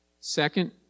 Second